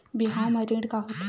बिहाव म ऋण का होथे?